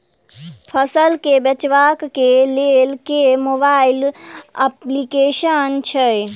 फसल केँ बेचबाक केँ लेल केँ मोबाइल अप्लिकेशन छैय?